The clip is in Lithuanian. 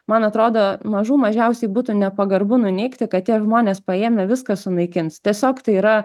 man atrodo mažų mažiausiai būtų nepagarbu nuneigti kad tie žmonės paėmę viską sunaikins tiesiog tai yra